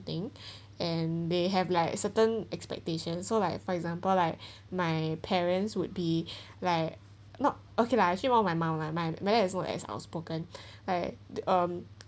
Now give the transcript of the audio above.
thing and they have like certain expectation so like for example like my parents would be like not okay lah actually one of my mum lah my mother as long as I spoken like the um